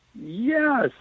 Yes